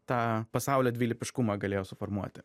tą pasaulio dvilypiškumą galėjo suformuoti